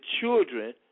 children